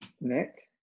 Nick